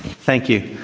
thank you.